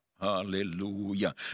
hallelujah